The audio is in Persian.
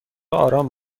آرام